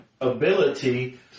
ability